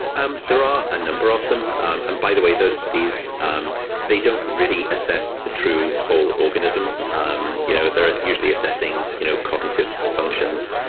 um there are ah a number of them. um and by the way, those studies, um they don't really assess the true whole organism. um you know they're usually assessing you know cognitive functions,